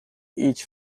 each